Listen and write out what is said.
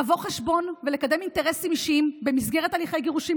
לבוא חשבון ולקדם אינטרסים אישיים במסגרת הליכי גירושים,